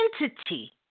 entity